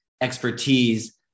expertise